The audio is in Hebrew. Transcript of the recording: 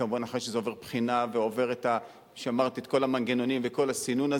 כמובן אחרי שזה עובר בחינה ועובר את כל המנגנונים וכל הסינון,